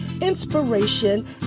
inspiration